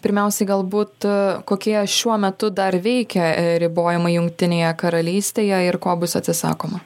pirmiausiai galbūt kokie šiuo metu dar veikia ribojimai jungtinėje karalystėje ir ko bus atsisakoma